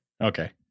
Okay